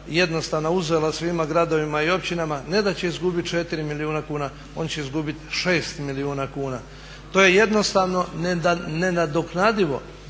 jednostavno uzela svima gradovima i općinama. Ne da će izgubiti četiri milijuna kuna, on će izgubit šest milijuna kuna. To je jednostavno nenadoknadivo